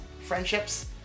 friendships